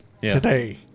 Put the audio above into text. today